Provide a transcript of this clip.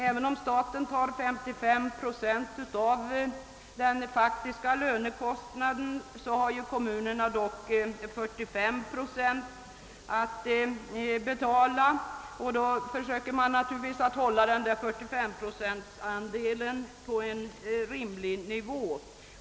Även om staten bidrar med 55 pro cent av den faktiska lönekostnaden måste kommunerna dock betala 45 procent av den, och då försöker de naturligtvis att hålla denna andel på en rimlig nivå.